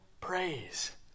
praise